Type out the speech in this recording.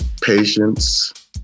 Patience